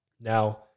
Now